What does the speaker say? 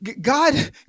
God